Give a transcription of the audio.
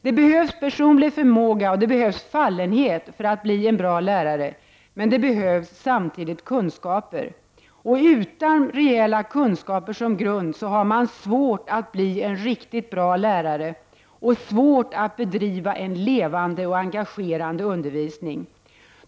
Det behövs personlig förmåga och fallenhet för att bli en bra lärare men samtidigt kunskaper. Utan rejäla kunskaper som grund har man svårt att bli en riktigt bra lärare och svårt att bedriva en le vande och engagerande undervisning.